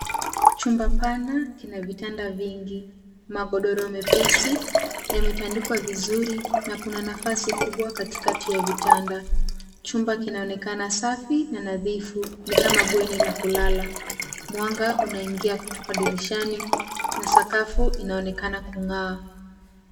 Chumba pana kina vitanda vingi. Magodoro mepesi yametandikwa vizuri na kuna nafasi kubwa katikati ya vitanda. Chumba kinaonekana safi na nadhifu, ni kama bweni la kulala. Mwanga unaingia kutoka dirishani na sakafu inaonekana kung'aa.